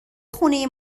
خونه